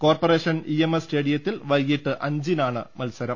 കോർപ്പ ration EMS സ്റ്റേഡിയത്തിൽ വൈകീട്ട് അഞ്ചിനാണ് മത്സ രം